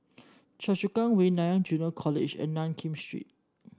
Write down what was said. Choa Chu Kang Way Nanyang Junior College and Nankin Street